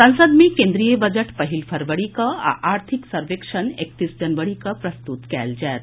संसद मे केन्द्रीय बजट पहिल फरवरी कऽ आ आर्थिक सर्वेक्षण एकतीस जनवरी कऽ प्रस्तुत कयल जायत